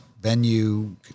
venue